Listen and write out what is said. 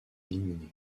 éliminé